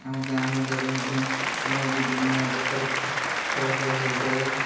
ଆମ ଗାଁ ଗଣ୍ଡାରେ ମଧ୍ୟ ତମ ଯୋଉ ଦୁନିଆ ପ୍ରକାର ଫଳ ଫଳ ହେଇଥାଏ